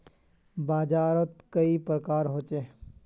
बाजार त कई प्रकार होचे?